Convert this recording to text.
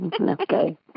okay